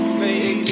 baby